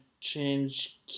change